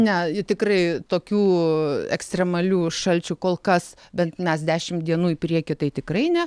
ne tikrai tokių ekstremalių šalčių kol kas bent mes dešimt dienų į priekį tai tikrai ne